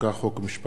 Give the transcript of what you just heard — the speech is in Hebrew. תודה.